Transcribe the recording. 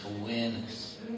awareness